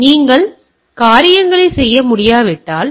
எனவே நீங்கள் காரியங்களைச் செய்ய முடியாவிட்டால்